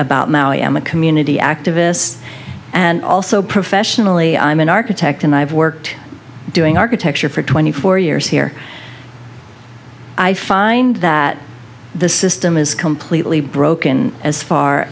about now i am a community activist and also professionally i'm an architect and i've worked doing architecture for twenty four years here i find that the system is completely broken as far